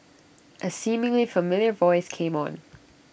A seemingly familiar voice came on